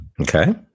Okay